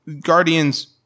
Guardians